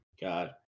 God